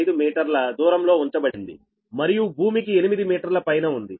5 మీటర్ల దూరంలో ఉంచబడింది మరియు భూమికి ఎనిమిది మీటర్లు పైన ఉంది